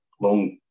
long